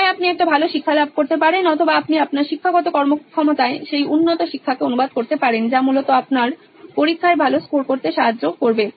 হয় আপনি একটি ভালো শিক্ষা লাভ করতে পারেন অথবা আপনি আপনার শিক্ষাগত কর্মক্ষমতায় সেই উন্নত শিক্ষাকে অনুবাদ করতে পারেন যা মূলত আপনার পরীক্ষায় ভালো স্কোর করতে সাহায্য করবে